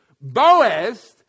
Boaz